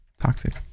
toxic